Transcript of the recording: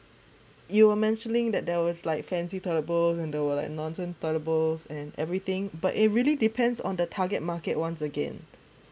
you were mentioning that there was like fancy toilet bowl and there were like nonsense toilet bowls and everything but it really depends on the target market once again